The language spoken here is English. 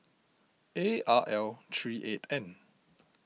A R L three eight N